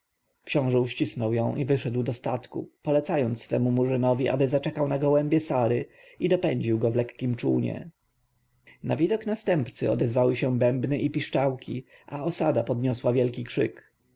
książę uścisnął ją i wyszedł do statku polecając swemu murzynowi aby zaczekał na gołębie sary i dopędził go w lekkiem czółnie na widok następcy odezwały się bębny i piszczałki a osada podniosła wielki krzyk